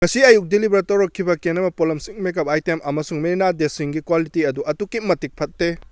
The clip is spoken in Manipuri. ꯉꯁꯤ ꯑꯌꯨꯛ ꯗꯤꯂꯤꯚꯔ ꯇꯧꯔꯛꯈꯤꯕ ꯀꯦꯅꯕ ꯄꯣꯠꯂꯝꯁꯤꯡ ꯃꯦꯀꯞ ꯑꯥꯏꯇꯦꯝ ꯑꯃꯁꯨꯡ ꯃꯦꯔꯤꯅꯥꯗꯦꯁꯤꯡꯒꯤ ꯀ꯭ꯋꯥꯂꯤꯇꯤ ꯑꯗꯨ ꯑꯗꯨꯛꯀꯤ ꯃꯇꯤꯛ ꯐꯠꯇꯦ